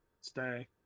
stay